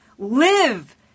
live